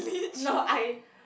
no I